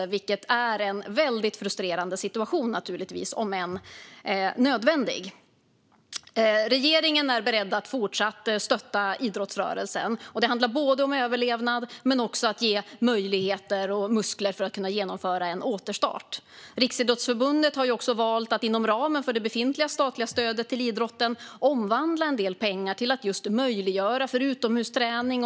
Det är naturligtvis en väldigt frustrerande situation, om än nödvändig. Regeringen är beredd att fortsätta stötta idrottsrörelsen. Det handlar om överlevnad men också om att ge möjligheter och muskler för att genomföra en återstart. Riksidrottsförbundet har också valt att inom ramen för det befintliga statliga stödet till idrotten omvandla en del resurser för att möjliggöra utomhusträning.